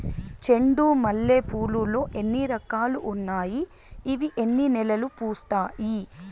చెండు మల్లె పూలు లో ఎన్ని రకాలు ఉన్నాయి ఇవి ఎన్ని నెలలు పూస్తాయి